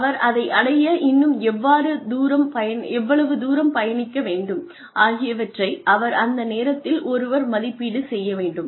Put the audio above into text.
அவர் அதை அடைய இன்னும் எவ்வாறு தூரம் பயணிக்க வேண்டும் ஆகியவற்றை அவர் அந்த நேரத்தில் ஒருவர் மதிப்பீடு செய்ய வேண்டும்